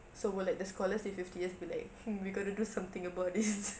so more like the scholars in fifty years be like hmm we got to do something about this